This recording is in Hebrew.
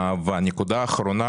הנקודה האחרונה.